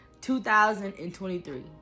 2023